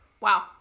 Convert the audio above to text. Wow